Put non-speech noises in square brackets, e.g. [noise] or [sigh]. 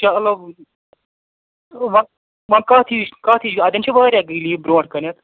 چلو [unintelligible] وۄنۍ وۄنۍ کَتھ ہِش کَتھ ہِش اَتٮ۪ن چھِ واریاہ گٔلی برٛونٛٹھ کَنٮ۪تھ